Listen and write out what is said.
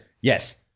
Yes